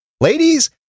Ladies